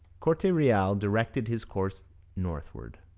corte-real directed his course northward,